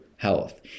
health